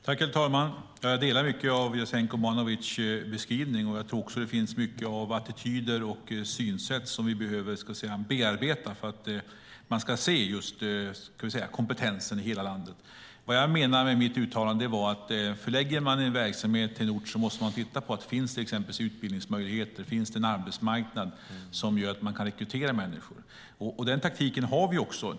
Herr talman! Jag delar mycket av Jasenko Omanovic beskrivning. Jag tror att det finns mycket av attityder och synsätt som vi behöver bearbeta för att man ska se kompetensen i hela landet. Vad jag menade med mitt uttalande var att om man förlägger en verksamhet till en ort måste man titta på om det till exempel finns utbildningsmöjligheter och en arbetsmarknad som gör att man kan rekrytera människor. Den taktiken har vi också.